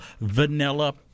Vanilla